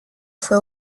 fue